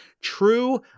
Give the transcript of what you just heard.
True